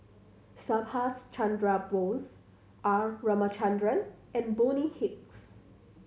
Subhas Chandra Bose R Ramachandran and Bonny Hicks